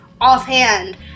offhand